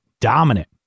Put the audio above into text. dominant